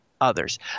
others